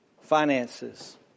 finances